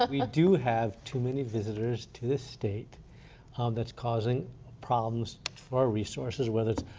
ah we do have too many visitors to the state that's causing problems for our resources, whether it's